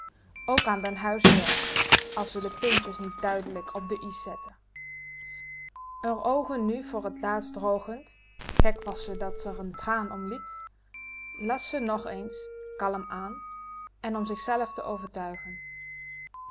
ook aan den huisheer as ze de puntjes niet duidelijk op de i's zette r oogen nu voor t laatst drogend gek was ze dat ze r n traan om liet las ze nog eens kalm aan en om zich zelf te overtuigen